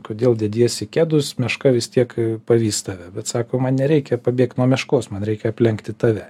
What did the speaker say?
kodėl dediesi kedus meška vis tiek pavys tave bet sako man nereikia pabėgt nuo meškos man reikia aplenkti tave